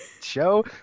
show